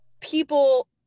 people